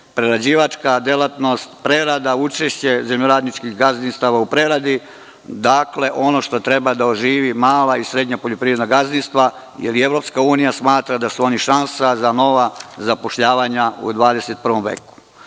prerađivačka delatnost, prerada, učešće zemljoradničkih gazdinstava u preradi. Ono što treba da oživi, mala i srednja poljoprivredna gazdinstva, jer i EU smatra da su oni šansa za nova zapošljavanja u 21. veku.